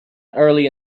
early